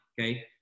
Okay